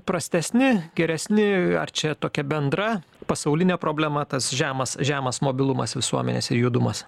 prastesni geresni ar čia tokia bendra pasaulinė problema tas žemas žemas mobilumas visuomenės ir juodumas